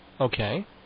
okay